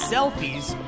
Selfies